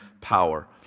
power